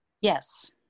Yes